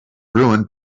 ruined